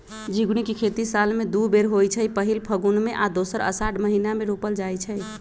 झिगुनी के खेती साल में दू बेर होइ छइ पहिल फगुन में आऽ दोसर असाढ़ महिना मे रोपल जाइ छइ